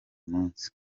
munsi